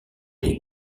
les